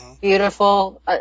beautiful